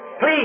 Please